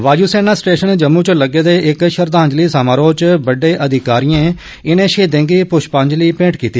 वायू सेना स्टेशन जम्मू च लग्गे दे इक श्रद्वांजलि समारोह च बड़डे अधिकारिए इने शहीदें गी पुष्पांजलि मेंट कीती